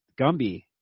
Gumby